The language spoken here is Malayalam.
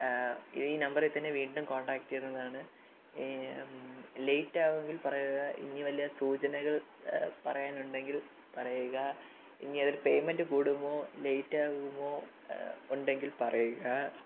ഈ നമ്പറിൽ തന്നെ വീണ്ടും കോൺടാക്ട് ചെയ്യുന്നതാണ് ലേയ്റ്റാകുമെങ്കിൽ പറയുക ഇനി വല്ല സൂചനകൾ പറയാനുണ്ടെങ്കിൽ പറയുക ഇങ്ങനെ പേയ്മെൻറ്റ് കൂടുമോ ലേയ്റ്റാകുമോ ഉണ്ടെങ്കിൽ പറയുക